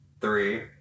three